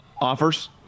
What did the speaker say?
offers